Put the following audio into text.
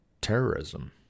terrorism